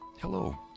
hello